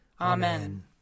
Amen